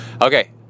Okay